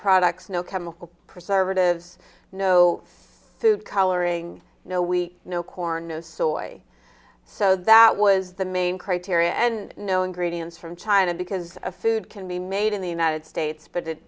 products no chemical preservatives no food coloring no we no corn no soil so that was the main criteria and no ingredients from china because a food can be made in the united states but